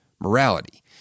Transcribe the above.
morality